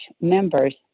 members